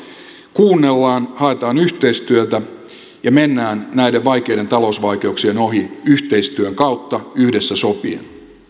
kuunnellaan haetaan yhteistyötä ja mennään näiden vaikeiden talousvaikeuksien ohi yhteistyön kautta yhdessä sopien